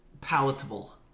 palatable